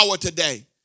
today